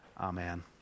Amen